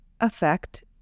affect